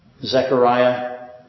Zechariah